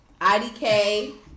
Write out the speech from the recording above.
IDK